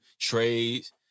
trades